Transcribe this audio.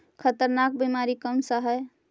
खतरनाक बीमारी कौन सा है?